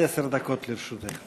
עד עשר דקות לרשותך.